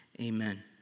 Amen